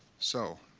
so